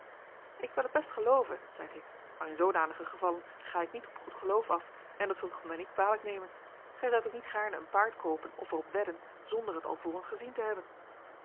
ik wil het best gelooven zeide ik maar in zoodanige gevallen ga ik niet op goed geloof af en dat zult gij mij niet kwalijk nemen gij zoudt ook niet gaarne een paard koopen of er op wedden zonder het alvorens gezien te hebben